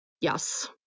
Yes